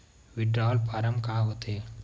Withdrawal form का होथे?